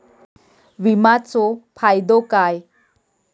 विमाचो फायदो काय?